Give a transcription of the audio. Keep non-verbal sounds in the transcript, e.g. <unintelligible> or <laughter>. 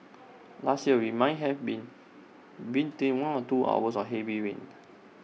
last year we might have been <unintelligible> one and two hours of heavy rain